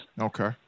Okay